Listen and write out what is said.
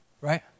right